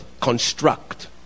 construct